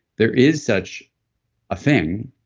there is such a thing,